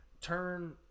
Turn